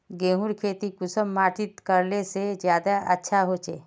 गेहूँर खेती कुंसम माटित करले से ज्यादा अच्छा हाचे?